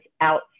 out